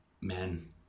men